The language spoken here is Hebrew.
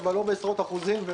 אבל לא בעשרות אחוזים.